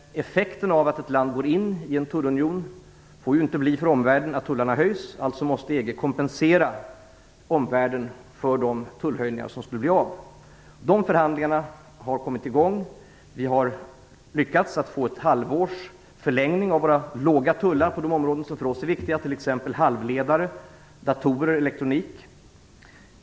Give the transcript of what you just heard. Effekten av att ett land går in i en tullunion får inte för omvärlden bli att tullarna höjs. Således måste EG kompensera omvärlden för de tullhöjningar som skulle bli av. De förhandlingarna har kommit i gång. Vi har lyckats få ett halvårs förlängning av våra låga tullar på de områden som är viktiga för oss, t.ex. halvledare, datorer och elektronik.